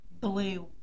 Blue